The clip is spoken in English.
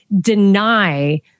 deny